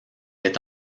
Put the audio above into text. est